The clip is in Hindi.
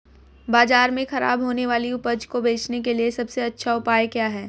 बाजार में खराब होने वाली उपज को बेचने के लिए सबसे अच्छा उपाय क्या है?